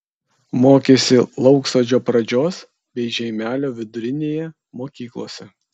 mokėsi lauksodžio pradžios bei žeimelio vidurinėje mokyklose